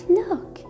look